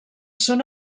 són